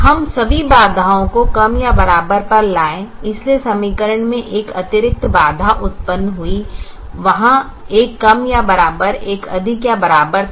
हम सभी बाधाओं को कम या बराबर पर लाए इसलिए समीकरण में एक अतिरिक्त बाधा उत्पन्न हुई वहा एक कम या बराबर एक अधिक या बराबर था